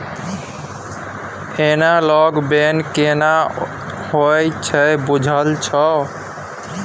Analogue बन्न केना होए छै बुझल छौ?